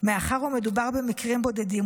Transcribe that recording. מאחר שמדובר במקרים בודדים.